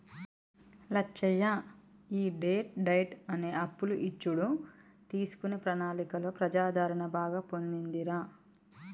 లచ్చయ్య ఈ debt diet అనే అప్పులు ఇచ్చుడు తీసుకునే ప్రణాళికలో ప్రజాదరణ బాగా పొందిందిరా